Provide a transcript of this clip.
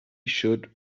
should